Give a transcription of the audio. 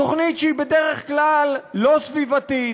תוכנית שהיא בדרך כלל לא סביבתית,